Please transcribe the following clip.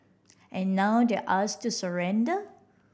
and now they're asked to surrender